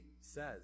says